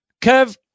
Kev